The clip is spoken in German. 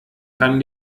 kann